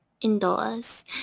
Indoors